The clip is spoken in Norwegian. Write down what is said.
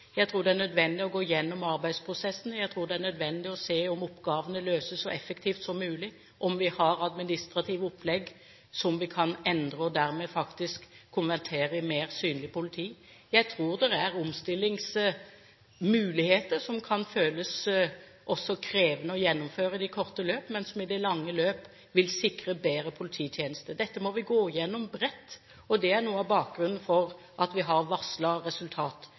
Jeg tror det er nødvendig å gå igjennom arbeidsprosessen. Jeg tror det er nødvendig å se på om oppgavene løses så effektivt som mulig, om vi har administrative opplegg som vi kan endre og dermed faktisk konvertere i mer synlig politi. Jeg tror det finnes omstillingsmuligheter som kan føles krevende å gjennomføre i det korte løp, men som i det lange løp vil sikre bedre polititjenester. Dette må vi gå igjennom bredt, og det er noe av bakgrunnen for at vi har